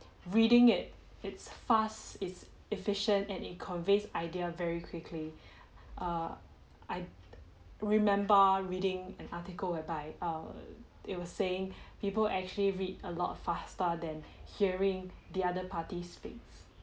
reading it it's fast it's efficient and it conveys ideas very quickly err I remember reading an article whereby err it was saying people actually read a lot faster than hearing the other party speaks